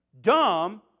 Dumb